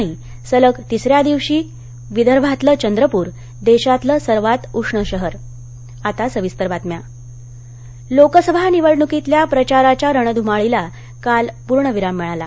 स सलग तिसर्याच दिवशी विदर्भातलं चंद्रपूर देशातलं सर्वात उष्ण शहर प्रचार लोकसभा निवडणुकीतल्या प्रचाराच्या रणधुमाळीला काल पूर्णविराम मिळाला